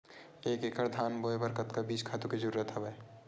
एक एकड़ धान बोय बर कतका बीज खातु के जरूरत हवय?